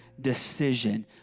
decision